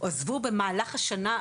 עזבו במהלך השנה,